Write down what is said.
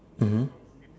mmhmm